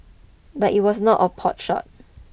but it was not a potshot